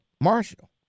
Marshall